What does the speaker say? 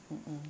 mm mm